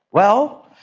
well,